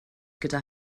gyda